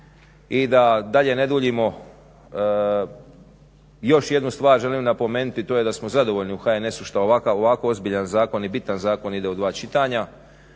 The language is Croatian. i da dalje ne duljimo. Još jednu stvar želim napomenuti, to je da smo zadovoljni u HNS-u što ovako ozbiljan zakon i bitan zakon ide u dva čitanja